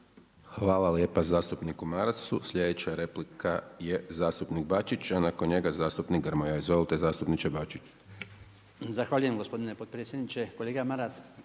Hvala lijepa zastupniku Marasu. Sljedeća replika je zastupnik Bačić, a nakon njega zastupnik Grmoja. Izvolite zastupniče Bačić. **Bačić, Branko (HDZ)** Zahvaljujem gospodine potpredsjedniče. Kolega Maras,